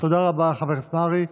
תודה רבה, חבר הכנסת מרעי.